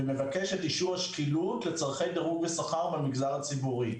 ומבקש את אישור השקילות לצורכי דירוג ושכר במגזר הציבורי.